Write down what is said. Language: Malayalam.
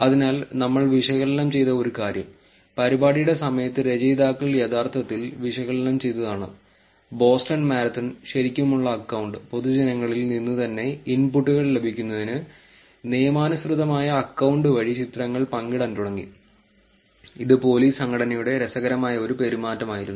അതിനാൽ നമ്മൾ വിശകലനം ചെയ്ത ഒരു കാര്യം പരിപാടിയുടെ സമയത്ത് രചയിതാക്കൾ യഥാർത്ഥത്തിൽ വിശകലനം ചെയ്തതാണ് ബോസ്റ്റൺ മാരത്തൺ ശെരിക്കുമുള്ള അക്കൌണ്ട് പൊതുജനങ്ങളിൽ നിന്ന് തന്നെ ഇൻപുട്ടുകൾ ലഭിക്കുന്നതിന് നിയമാനുസൃതമായ അക്കൌണ്ട് വഴി ചിത്രങ്ങൾ പങ്കിടാൻ തുടങ്ങി ഇത് പോലീസ് സംഘടനയുടെ രസകരമായ ഒരു പെരുമാറ്റമായിരുന്നു